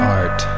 art